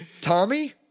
Tommy